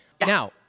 Now